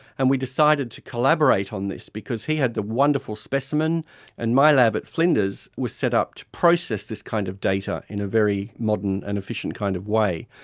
and we decided to collaborate on this because he had the wonderful specimen and my lab at flinders was set up to process this kind of data in a very modern and efficient kind of way.